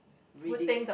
reading